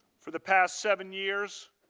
for the past seven years,